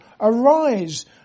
Arise